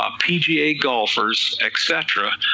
ah pga golfers, et cetera,